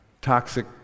toxic